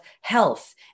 health